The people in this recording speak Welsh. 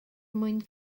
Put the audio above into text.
mwyn